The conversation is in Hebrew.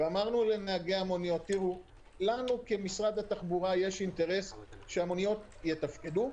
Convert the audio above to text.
אמרנו לנהגי המוניות: לנו כמשרד התחבורה יש אינטרס שהמוניות יתפקדו,